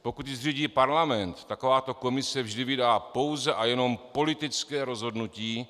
Pokud ji zřídí parlament, takováto komise vždy vydá pouze a jenom politické rozhodnutí.